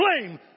blame